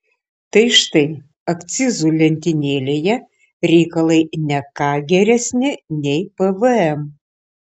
tai štai akcizų lentynėlėje reikalai ne ką geresni nei pvm